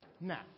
Now